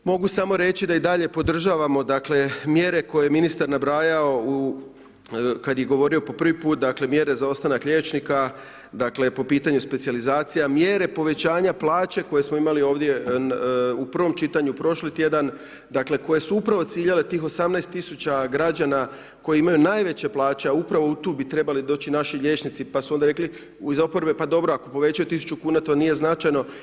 Mogu samo reći da i dalje podržavamo mjere koje je ministar nabrajao u kada je govorio po prvi put, dakle, mjere za ostanak liječnika, dakle, po pitanju specijalizacija, mjere povećanje plaće, koje smo imali ovdje u prvom čitanju, pršli tjedan, koje su upravo ciljale tih 18000 građana koji imaju najveće plaće, a upravo i tu bi trebali doći naši liječnici, pa su onda rekli iz oporbe, pa dobro, ako povećaju 1000 kn, to nije značajno.